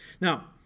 Now